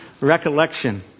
recollection